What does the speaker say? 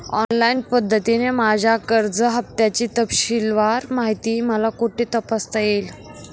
Online पद्धतीने माझ्या कर्ज हफ्त्याची तपशीलवार माहिती मला कुठे तपासता येईल?